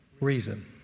reason